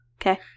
Okay